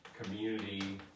community